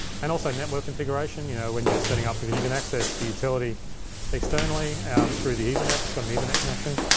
and also, network configuration you know when you're setting up, cause you can access the utility externally through the ethernet. it's got an ethernet connection.